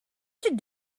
should